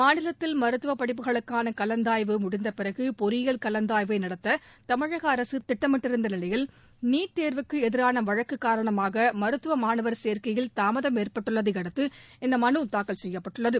மாநிலத்தில் மருத்துவ படிப்புக்களுக்கான கலந்தாய்வு முடிந்தபிறகு பொறியியல் கலந்தாய்வை நடத்த தமிழக அரசு திட்டமிட்டிருந்த நிலையில் நீட் தேர்வுக்கு எதிரான வழக்கு காரணமாக மருத்துவ மாணவர் சேர்க்கையில் தாமதம் ஏற்பட்டுள்ளதை அடுத்து இந்த மனு தாக்கல் செய்யப்பட்டுள்ளது